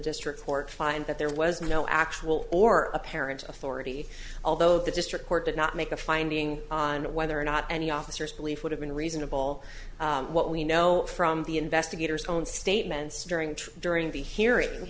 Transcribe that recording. district court find that there was no actual or apparent authority although the district court did not make a finding on whether or not any officers believe would have been reasonable what we know from the investigators own statements during during the hearing